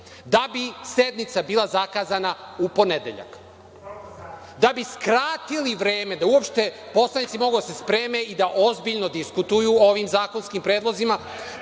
da bi sednica bila zakazana u ponedeljak, da bi skratili vreme da uopšte poslanici mogu da se spreme i da ozbiljno diskutuju o ovim zakonskim predlozima,